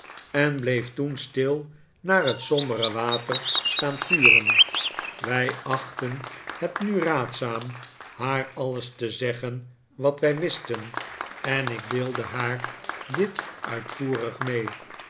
en bleef toen stil naar het sombere water staan turen wij achtten het nu raadzaam haar alles te zeggen wat wij wisten en ik deel'de haar dit uitvoerig mee